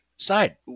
side